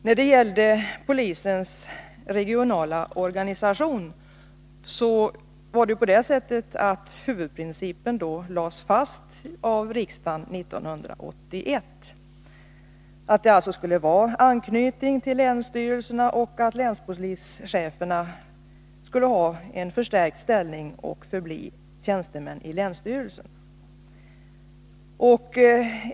När det gäller polisens regionala organisation fastställdes huvudprincipen av riksdagen 1981, att det alltså skulle vara en anknytning till länsstyrelsen och att länspolischeferna skulle ha en förstärkt ställning och förbli tjänstemän i länsstyrelsen.